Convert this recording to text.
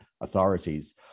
authorities